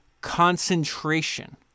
concentration